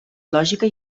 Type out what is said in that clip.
lògica